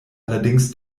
allerdings